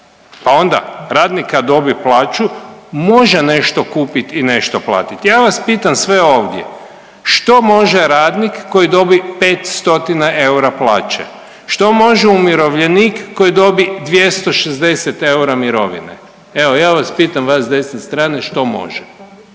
pa onda radnik kad dobi plaću može nešto kupit i nešto platit. Ja vas pitam sve ovdje, što može radnik koji dobi 5 stotina eura plaće, što može umirovljenik koji dobi 260 eura mirovine, evo ja vas pitam, vas s desne strane, što može?